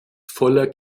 voller